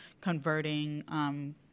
converting